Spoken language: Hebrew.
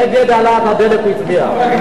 נגד העלאת הדלק הוא הצביע.